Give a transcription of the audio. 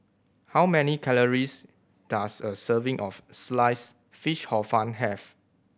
how many calories does a serving of Sliced Fish Hor Fun have